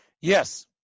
Yes